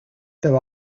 there